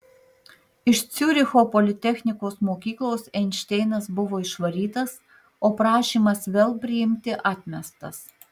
iš ciuricho politechnikos mokyklos einšteinas buvo išvarytas o prašymas vėl priimti atmestas